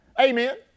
amen